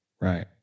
Right